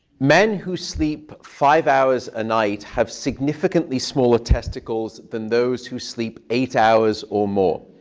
men who sleep five hours a night have significantly smaller testicles than those who sleep eight hours or more.